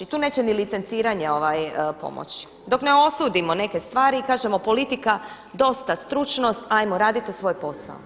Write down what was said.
Tu neće ni licenciranje pomoći dok ne osudimo neke stvari i kažemo politika dosta stručnost, ajmo radite svoj posao.